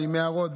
ועם הערות,